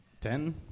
Ten